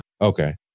Okay